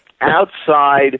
Outside